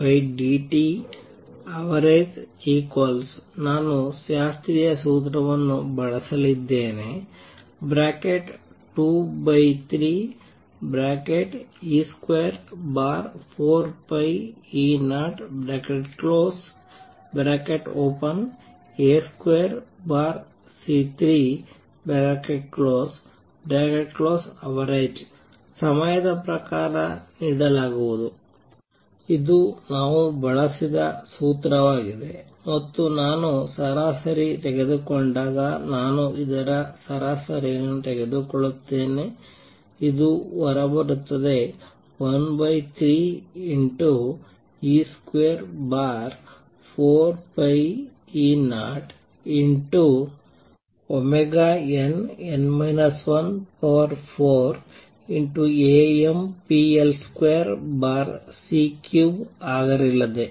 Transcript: dEnn 1dtavg ನಾನು ಶಾಸ್ತ್ರೀಯ ಸೂತ್ರವನ್ನು ಬಳಸಲಿದ್ದೇನೆ 23e24π0a2c3avg ಸಮಯದ ಪ್ರಕಾರ ನೀಡಲಾಗುವುದು ಇದು ನಾವು ಬಳಸಿದ ಸೂತ್ರವಾಗಿದೆ ಮತ್ತು ನಾನು ಸರಾಸರಿ ತೆಗೆದುಕೊಂಡಾಗ ನಾನು ಇದರ ಸರಾಸರಿಯನ್ನು ತೆಗೆದುಕೊಳ್ಳುತ್ತೇನೆ ಇದು ಹೊರಬರುತ್ತದೆ 13e24π0nn 14Ampl2c3 ಆಗಿರಲಿದೆ